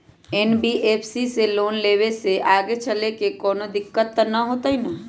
NBFC से loan लेबे से आगेचलके कौनो दिक्कत त न होतई न?